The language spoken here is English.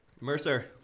Mercer